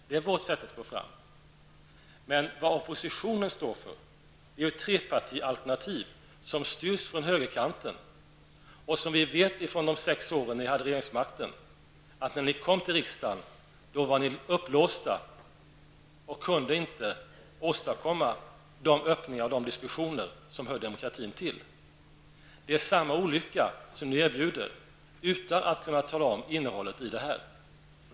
Det är vårt sätt att gå fram. Oppositionen står för ett trepartialternativ som styrs från högerkanten. Erfarenheten från de sex år då ni hade regeringsmakten visade att ni när ni kom till riksdagen var låsta och inte kunde åstadkomma de öppningar och de diskussioner som hör demokratin till. Det är samma olycka som ni nu erbjuder. Ni kan inte tala om vilket innehåll det är fråga om.